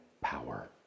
power